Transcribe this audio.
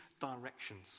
directions